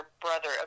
brother